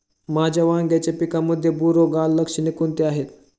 माझ्या वांग्याच्या पिकामध्ये बुरोगाल लक्षणे कोणती आहेत?